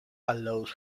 allows